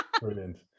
Brilliant